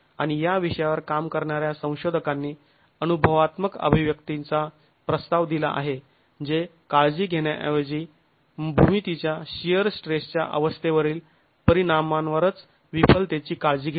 आणि या विषयावर काम करणाऱ्या संशोधकांनी अनुभवात्मक अभिव्यक्तींचा प्रस्ताव दिला आहे जे काळजी घेण्याऐवजी भूमितीच्या शिअर स्ट्रेसच्या अवस्थेवरील परिणामांवरच विफलतेची काळजी घेतात